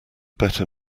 better